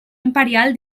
imperial